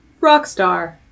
Rockstar